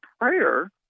prayer